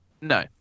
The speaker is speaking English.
no